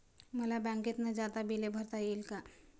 मला बँकेत न जाता बिले भरता येतील का?